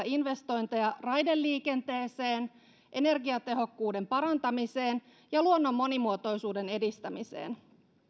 investointeja raideliikenteeseen energiatehokkuuden parantamiseen ja luonnon monimuotoisuuden edistämiseen